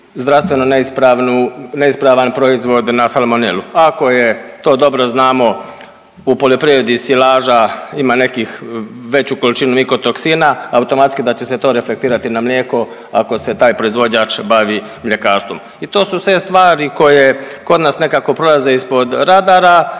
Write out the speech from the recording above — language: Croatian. neispravnu, neispravan proizvod na salmonelu, a ako je to dobro znamo u poljoprivredi silaža ima nekih veću količinu nikotoksina automatski da će se to reflektirati na mlijeko ako se taj proizvođač bavi mljekarstvom i to su te stvari koje kod nas nekako prolaze ispod radara